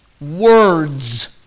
Words